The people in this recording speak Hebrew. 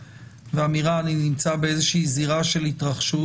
והאמירה: אני נמצא באיזושהי זירה של התרחשות,